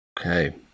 Okay